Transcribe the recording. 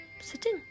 sitting